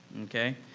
Okay